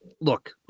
look